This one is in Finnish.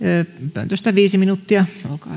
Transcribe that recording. pöntöstä viisi minuuttia